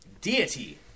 Deity